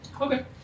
Okay